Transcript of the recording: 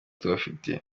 tubafitiye